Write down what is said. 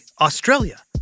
Australia